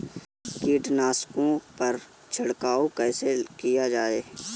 कीटनाशकों पर छिड़काव कैसे किया जाए?